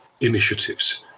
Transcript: initiatives